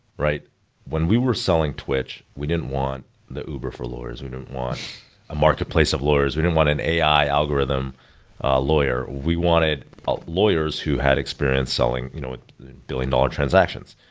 when we were selling twitch, we didn't want the uber for lawyers. we don't want a marketplace of lawyers. we didn't want an ai algorithm lawyer. we wanted lawyers who had experience selling you know billion dollar transactions.